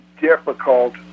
difficult